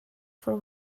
for